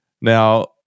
Now